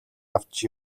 авч